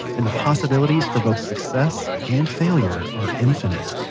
and the possibilities for both success and failure are infinite